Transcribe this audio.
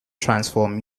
transform